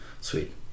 sweet